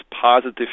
positive